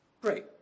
great